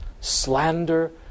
slander